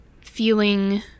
feeling